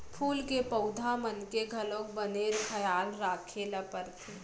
फूल के पउधा मन के घलौक बने खयाल राखे ल परथे